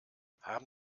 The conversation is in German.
haben